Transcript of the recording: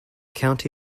county